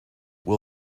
will